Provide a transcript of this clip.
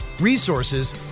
resources